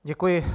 Děkuji.